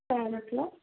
काय म्हटलं